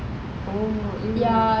ya